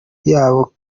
yabo